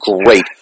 great